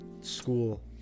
school